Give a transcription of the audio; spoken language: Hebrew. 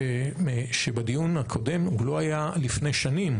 שבדיון הקודם לא היה לפני שנים,